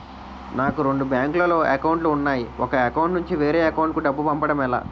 నాకు రెండు బ్యాంక్ లో లో అకౌంట్ లు ఉన్నాయి ఒక అకౌంట్ నుంచి వేరే అకౌంట్ కు డబ్బు పంపడం ఎలా?